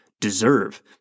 deserve